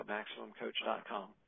maximumcoach.com